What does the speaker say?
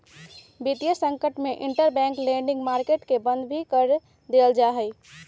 वितीय संकट में इंटरबैंक लेंडिंग मार्केट के बंद भी कर देयल जा हई